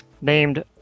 named